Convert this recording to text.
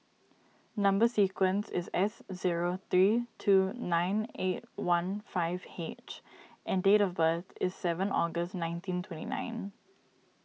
Number Sequence is S zero three two nine eight one five H and date of birth is seven August nineteen twenty nine